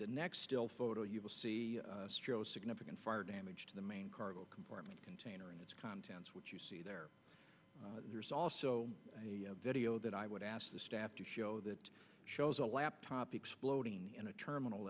the next still photo you will see significant fire damage to the main cargo compartment container and its contents which you see there there is also a video that i would ask the staff to show that shows a laptop exploding in a terminal